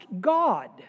God